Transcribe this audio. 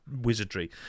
wizardry